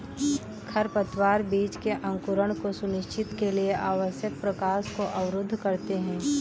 खरपतवार बीज के अंकुरण को सुनिश्चित के लिए आवश्यक प्रकाश को अवरुद्ध करते है